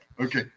Okay